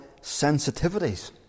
sensitivities